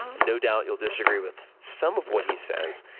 no doubt you'll disagree with some of what he says.